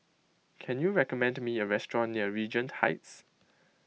can you recommend me a restaurant near Regent Heights